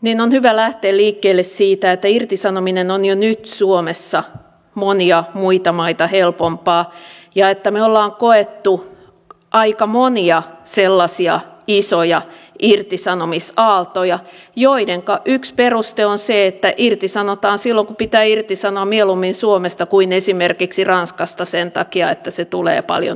niin on hyvä lähteä liikkeelle siitä että irtisanominen on jo nyt suomessa monia muita maita helpompaa ja että me olemme kokeneet aika monia sellaisia isoja irtisanomisaaltoja joidenka yksi peruste on se että irtisanotaan silloin kun pitää irtisanoa mieluummin suomesta kuin esimerkiksi ranskasta sen takia että se tulee paljon halvemmaksi